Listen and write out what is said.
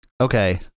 Okay